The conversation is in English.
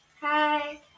Hi